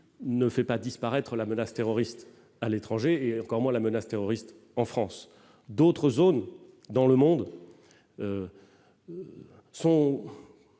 ne fait pas disparaître la menace terroriste à l'étranger, comment la menace terroriste en France d'autres zones dans le monde sont